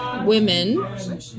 women